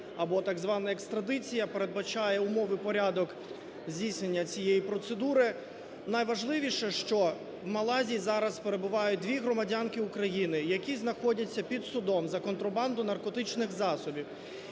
або так звана екстрадиція. Передбачає умови і порядок здійснення цієї процедури. Найважливіше, що в Малайзії зараз перебувають дві громадянки України, які знаходиться під судом за контрабанду наркотичних засобів.